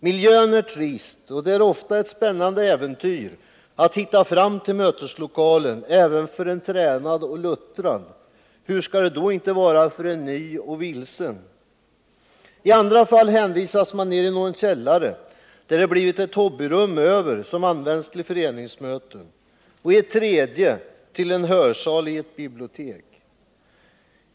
Miljön är trist, och det är ofta ett spännande äventyr att hitta fram till möteslokalen även för en tränad och luttrad — hur skall det då inte vara för en ny och vilsen? I andra fall hänvisas man ned i någon källare där det blivit ett hobbyrum över som används till föreningsmöten eller till en hörsal i ett bibliotek.